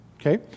Okay